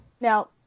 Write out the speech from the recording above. Now